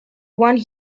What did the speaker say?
one